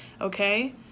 okay